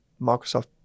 Microsoft